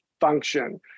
function